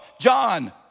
John